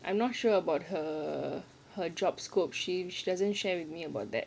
I'm not sure about he~ her job scope sh~ she doesn't share with me about that